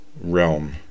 realm